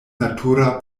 natura